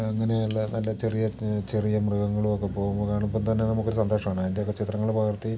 അങ്ങനെയുള്ള നല്ല ചെറിയ ചെറിയ മൃഗങ്ങളുമൊക്കെ പോകുന്ന കാണുമ്പോൾ തന്നെ നമുക്കൊരു സന്തോഷമാണ് അതിൻ്റെയൊക്കെ ചിത്രങ്ങൾ പകർത്തി